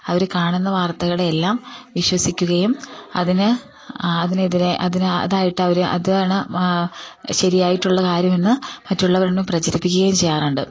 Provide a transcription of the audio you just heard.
അവർ കാണുന്ന വാർത്തകളെ എല്ലാം വിശ്വസിക്കുകയും അതിന് അതിനെതിരെ അതിന് അതായിട്ട് അവർ അതാണ് ശരിയായിട്ടുള്ള കാര്യമെന്ന് മറ്റുള്ളവരോടും പ്രചരിപ്പിക്കുകയും ചെയ്യാറുണ്ട്